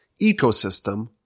ecosystem